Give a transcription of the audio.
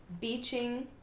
Beaching